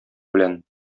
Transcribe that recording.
белән